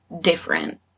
different